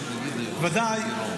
ודאי,